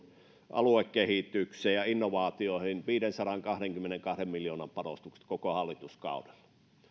aluekehitykseen ja innovaatioihin viidensadankahdenkymmenenkahden miljoonan panostukset koko hallituskaudella